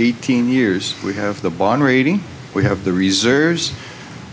eighteen years we have the bond rating we have the reserves